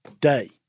day